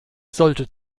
sollte